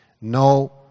no